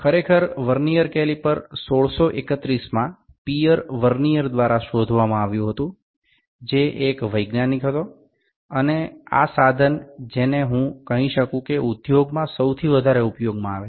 ખરેખર Vernier calliper 1631માં Pierre Vernier દ્વારા શોધવામાં આવ્યું હતું જે એક વૈજ્ઞાનિક હતો અને આ સાધન જે ને હું કહી શકું કે ઉદ્યોગોમાં સૌથી વધારે ઉપયોગમાં આવે છે